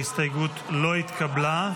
ההסתייגות לא התקבלה.